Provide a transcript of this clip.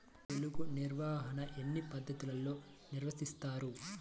తెగులు నిర్వాహణ ఎన్ని పద్ధతుల్లో నిర్వహిస్తారు?